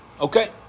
Okay